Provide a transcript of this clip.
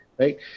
Right